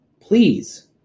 please